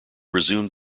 resumed